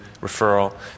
referral